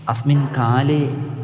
अस्मिन्काले